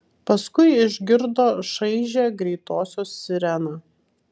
paskui išgirdo šaižią greitosios sireną